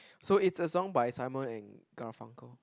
so it's a song by Simon and Garfunkel